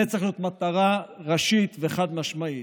זו צריכה להיות מטרה ראשית וחד-משמעית.